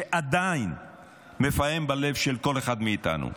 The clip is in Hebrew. שעדיין מפעם בלב של כל אחד מאיתנו.